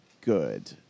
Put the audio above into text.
good